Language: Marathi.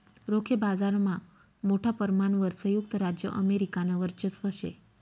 रोखे बाजारमा मोठा परमाणवर संयुक्त राज्य अमेरिकानं वर्चस्व शे